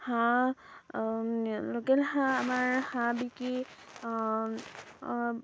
হাঁহ লোকেল হাঁহ আমাৰ হাঁহ বিকি